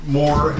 more